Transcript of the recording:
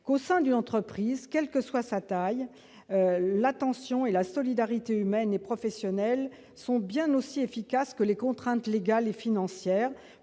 qu'au sein d'une entreprise, quelle que soit sa taille, l'attention et la solidarité humaine et professionnelle sont bien aussi efficaces que les contraintes légales et financières